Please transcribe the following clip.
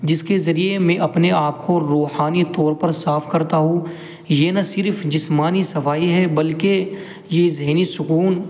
جس کے ذریعے میں اپنے آپ کو روحانی طور پر صاف کرتا ہوں یہ نہ صرف جسمانی صفائی ہے بلکہ یہ ذہنی سکون